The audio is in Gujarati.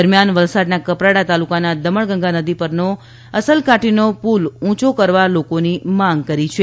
દરમ્યાન વલસાડના કપરાડા તાલુકાના દમણ ગંગા નદી પરનો અસલકાટીનો પુલ ઉંચો કરવા લોકોની માંગ કરી છે